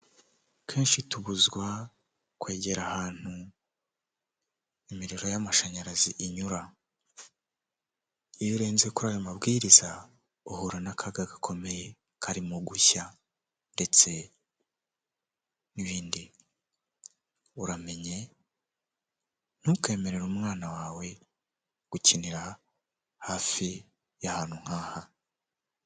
Kenshi tubuzwa kwegera ahantu imiriro y'amashanyarazi inyura, iyo urenze kuri ayo mabwiriza uhura n'akaga gakomeye karimo gushya ndetse n'ibindi, uramenye ntukemerere umwana wawe gukinira hafi y'ahantu nk'aha.